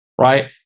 Right